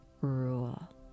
rule